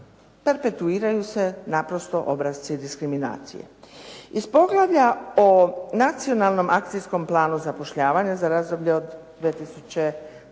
perpetuiraju se naprosto obrasci diskriminacije. Iz poglavlja o Nacionalnom akcijskom planu zapošljavanja za razdoblje 2003.-2008.